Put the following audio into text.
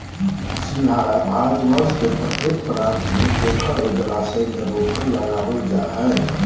सिंघाड़ा भारतवर्ष के प्रत्येक प्रांत में पोखरा और जलाशय में रोपकर लागल जा हइ